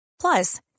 Plus